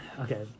okay